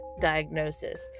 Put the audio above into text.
diagnosis